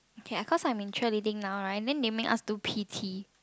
k ah cause I'm in cheerleading now right then they make us do p_t